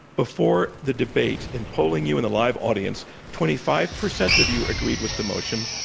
before the debate, in polling you in the live audience, twenty five percent of you agreed with the motion,